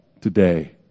today